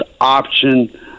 option